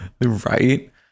Right